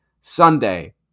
Sunday